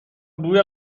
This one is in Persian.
بوی